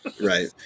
Right